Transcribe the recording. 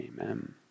amen